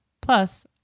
Plus